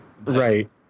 Right